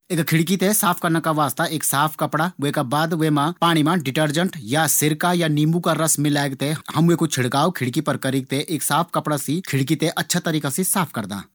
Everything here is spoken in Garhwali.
खिड़की थें साफ करना का वास्ता पाणी मा डिटेर्जेंट या सिरका या निम्बू का रस कू छिड़काव खिड़की मा करीक थें वी थें साफ कपड़ा से साफ करी सकदां।